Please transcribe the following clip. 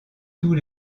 tous